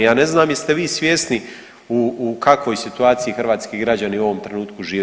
Ja ne znam jeste vi svjesni u kakvoj situaciji hrvatski građani u ovom trenutku žive.